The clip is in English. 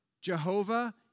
Jehovah